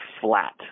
flat